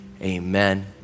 Amen